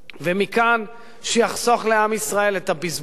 ומכאן, שיחסוך לעם ישראל את הבזבוז,